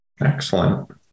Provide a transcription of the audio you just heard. Excellent